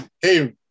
hey